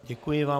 Děkuji vám.